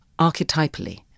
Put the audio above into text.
Archetypally